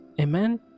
Amen